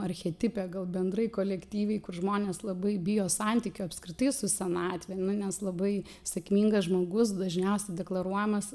archetipe gal bendrai kolektyviai kur žmonės labai bijo santykių apskritai su senatve nu nes labai sėkmingas žmogus dažniausiai deklaruojamas